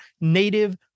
native